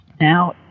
Now